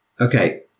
okay